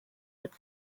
would